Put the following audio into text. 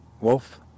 wolf